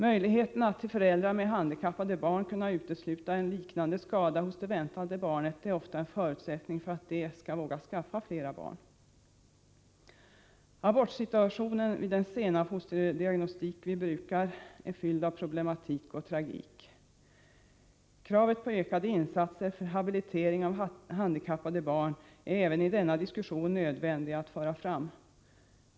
Möjligheten för föräldrar med handikappade barn att genom fosterdiagnostiken utesluta att ett väntat barn får en liknande skada är ofta en förutsättning för att de skall våga skaffa flera barn. Abortsituationen efter den fosterdiagnostik på ett sent stadium som vi tillämpar är fylld av problematik och tragik. Kravet på ökade insatser för habilitering av handikappade barn är även i denna diskussion nödvändigt att föra fram.